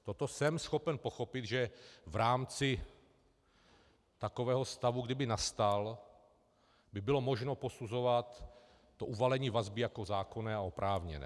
Toto jsem schopen pochopit, že v rámci takového stavu, kdyby nastal, by bylo možno posuzovat to uvalení vazby jako zákonné a oprávněné.